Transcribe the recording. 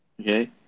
Okay